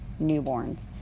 newborns